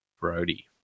Brody